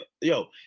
yo